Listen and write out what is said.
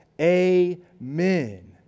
Amen